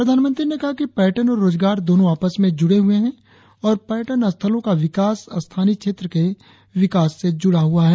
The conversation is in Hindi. प्रधानमंत्री ने कहा कि पर्यटन और रोजगार दोनो आपस में जुड़े हुए है और पर्यटन स्थलों का विकास स्थानीय क्षेत्र के विकास से जुड़ा हुआ है